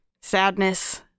sadness